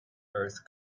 earth